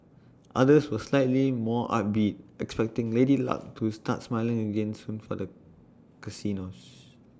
others were slightly more upbeat expecting lady luck to start smiling again soon for the casinos